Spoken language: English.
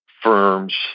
firms